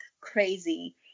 crazy